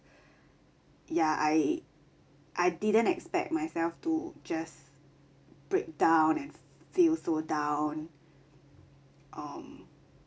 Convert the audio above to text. ya I I didn't expect myself to just breakdown and feel so down um